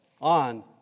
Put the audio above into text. on